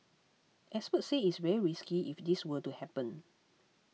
experts say it is very risky if this were to happen